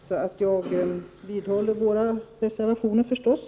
Så jag vidhåller yrkandet om bifall till våra reservationer, förstås.